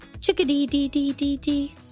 chickadee-dee-dee-dee-dee